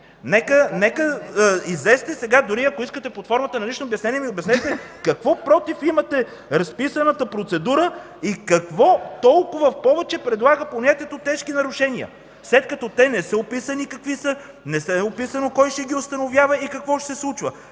Излезте сега, дори ако искате, под формата на лично обяснение ми обяснете какво против имате разписаната процедура и какво толкова повече предлага понятието „тежки нарушения”, след като не са описани какви са, не е описано кой ще ги установява и какво ще се случва